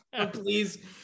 Please